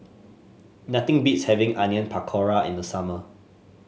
nothing beats having Onion Pakora in the summer